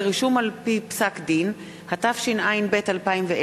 5 נאומים בני דקה 6 מסעוד גנאים (רע"ם-תע"ל): 6 אריה אלדד (האיחוד